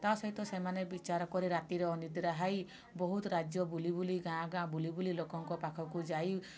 ତା' ସହିତ ସେମାନେ ବିଚାର କରି ରାତିରେ ଅନିଦ୍ରା ହେଇ ବହୁତ ରାଜ୍ୟ ବୁଲି ବୁଲି ଗାଁ ଗାଁ ବୁଲି ବୁଲି ଲୋକଙ୍କ ପାଖକୁ ଯାଇ